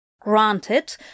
Granted